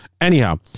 Anyhow